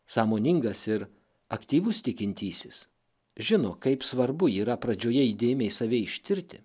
sąmoningas ir aktyvus tikintysis žino kaip svarbu yra pradžioje įdėmiai save ištirti